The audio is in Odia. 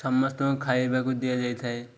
ସମସ୍ତଙ୍କୁ ଖାଇବାକୁ ଦିଆଯାଇଥାଏ